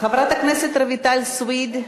חברת הכנסת רויטל סויד,